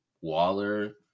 Waller